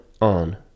on